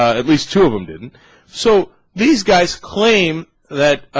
atleast to whom didn't so these guys claim that